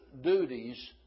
duties